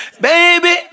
Baby